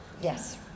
Yes